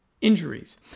injuries